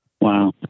Wow